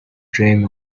dreamed